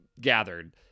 gathered –